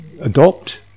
adopt